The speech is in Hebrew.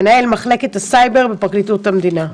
מנהל מחלקת הסייבר בפרקליטות המדינה.